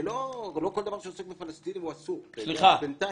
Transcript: לא כל דבר שעוסק בפלסטינים הוא אסור, בינתיים.